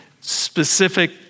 specific